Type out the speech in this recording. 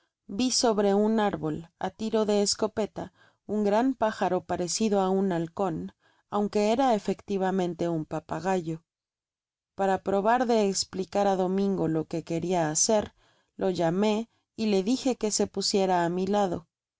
vi sobre un árbol á tiro de escopeta un gran pájaro pareeido á un halcon aunqae era efectivamente un papagayo para probar de espliear á domingo lo que queria hacer lo llamé y le dije que se pusiera á mi lado